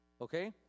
Okay